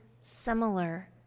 similar